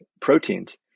proteins